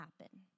happen